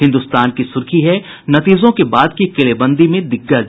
हिन्दुस्तान की सुर्खी है नतीजों के बाद की किलेबंदी में दिग्गज